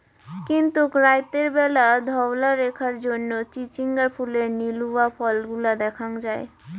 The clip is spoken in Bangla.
কিন্তুক রাইতের ব্যালা ধওলা রেখার জইন্যে চিচিঙ্গার ফুলের নীলুয়া ফলগুলা দ্যাখ্যাং যাই